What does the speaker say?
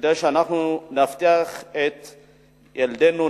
כדי שנבטיח את ילדינו,